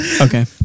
Okay